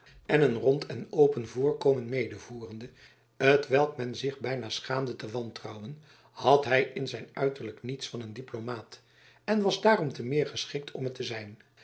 en een rond en open voorkomen medevoerende t welk men zich byna schaamde te wantrouwen had hy in zijn uiterlijk niets van een diplomaat en was daarom te meer geschikt om het te zijn